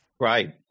Right